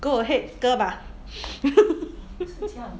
go ahead 割 bah